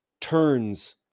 turns